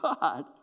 God